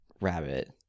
Rabbit